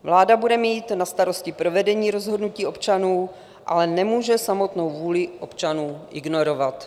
Vláda bude mít na starosti provedení rozhodnutí občanů, ale nemůže samotnou vůli občanů ignorovat.